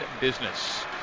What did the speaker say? business